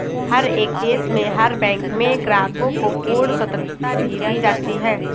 हर एक देश में हर बैंक में ग्राहकों को पूर्ण स्वतन्त्रता भी दी जाती है